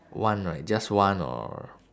one right just one or